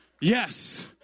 Yes